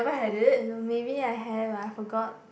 I don't~ maybe I have I forgot